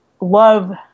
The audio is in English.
love